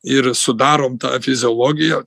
ir sudarom tą fiziologiją